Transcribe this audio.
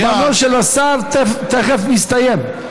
זמנו של השר תכף מסתיים.